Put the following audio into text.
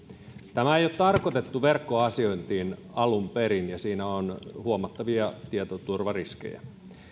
tämä ei ole tarkoitettu verkkoasiointiin alun perin ja siinä on huomattavia tietoturvariskejä